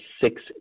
six